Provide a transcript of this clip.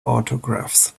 autographs